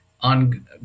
on